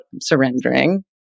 surrendering